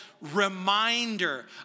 reminder